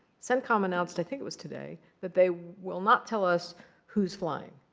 centcom announced i think it was today that they will not tell us who's flying.